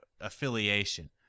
affiliation